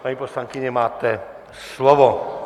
Paní poslankyně, máte slovo.